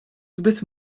zbyt